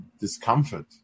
discomfort